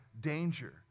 danger